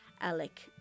Alec